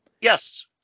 Yes